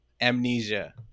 amnesia